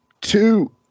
two